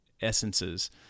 essences